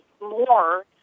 more